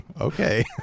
Okay